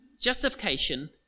justification